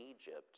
Egypt